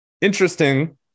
Interesting